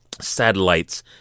satellites